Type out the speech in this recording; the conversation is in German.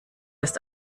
ist